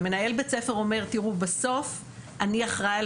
ומנהל בית ספר אומר תראו בסוף אני אחראי על